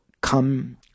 come